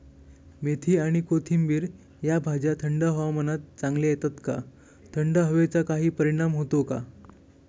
मेथी आणि कोथिंबिर या भाज्या थंड हवामानात चांगल्या येतात का? थंड हवेचा काही परिणाम होतो का?